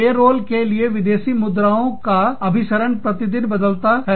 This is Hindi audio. पेरोल के लिए विदेशी मुद्राओं का अभिसरण प्रतिदिन बदलता है